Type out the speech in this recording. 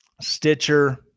Stitcher